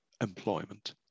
employment